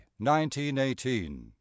1918